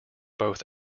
both